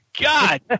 God